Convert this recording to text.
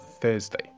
Thursday